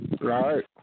right